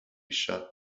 shot